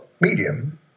medium